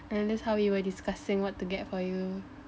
and that's how we were discussing what to get for you